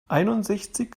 einundsechzig